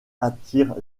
attire